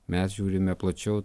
mes žiūrime plačiau